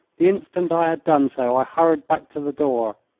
the instant i had done so i hurried back to the door.